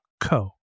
co